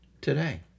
today